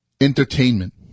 entertainment